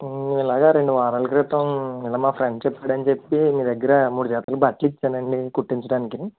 ఇలాగ రెండు వారాల క్రితం ఇలా మా ఫ్రెండ్ చెప్పాడు అని చెప్పి మీ దగ్గర మూడు జతలు బట్టలు ఇచ్చాను అండి కుట్టించడానికి